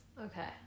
Okay